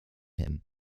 him